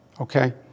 okay